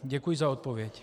Děkuji za odpověď.